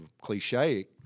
cliche